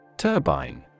Turbine